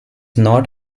not